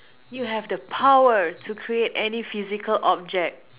you have the power to create any physical object